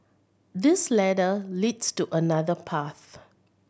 this ladder leads to another path